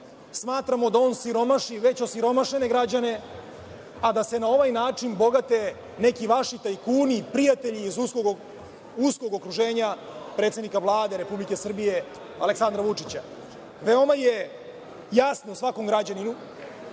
Smatramo da on siromaši već osiromašene građane, a da se na ovaj način bogate neki vaši tajkuni, prijatelji iz uskog okruženja predsednika Vlade Republike Srbije Aleksandra Vučića. Veoma je jasno svakom građaninu